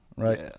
right